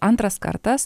antras kartas